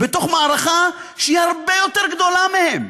במערכה שהיא הרבה יותר גדולה מהם.